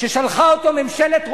ששלחה אותו ממשלת רומא,